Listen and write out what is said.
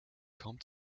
kaum